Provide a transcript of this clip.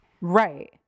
right